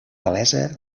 palesa